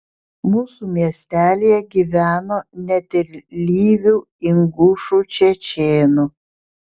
mūsų miestelyje gyveno net ir lyvių ingušų čečėnų